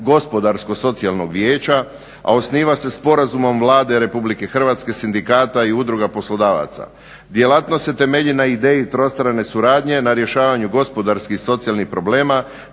gospodarsko socijalnog vijeća a osniva se sporazumom Vlade Republike Hrvatske, sindikata i udruga poslodavaca. Djelatnost se temelji na ideji trostrane suradnje na rješavanju gospodarskih, socijalnih problema,